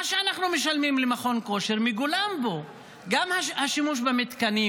מה שאנחנו משלמים למכון כושר מגולם בו גם השימוש במתקנים,